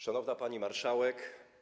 Szanowna Pani Marszałek!